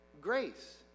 grace